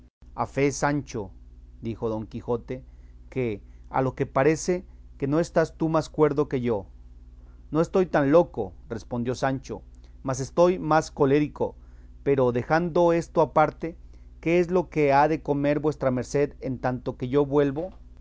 dijo don quijote que a lo que parece que no estás tú más cuerdo que yo no estoy tan loco respondió sancho mas estoy más colérico pero dejando esto aparte qué es lo que ha de comer vuestra merced en tanto que yo vuelvo